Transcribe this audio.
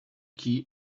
key